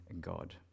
God